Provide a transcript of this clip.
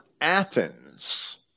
Athens